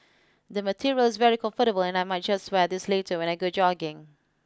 the material is very comfortable and I might just wear this later when I go jogging